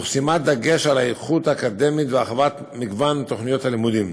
תוך שימת דגש על האיכות האקדמית והרחבת מגוון תוכניות הלימוד.